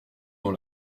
dans